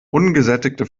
ungesättigte